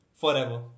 forever